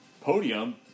podium